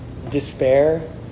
despair